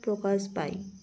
প্রকাশ পায়